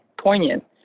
poignant